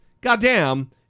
goddamn